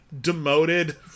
demoted